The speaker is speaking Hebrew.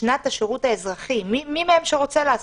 בשנת השירות האזרחי מי מהם שרוצה לעשות,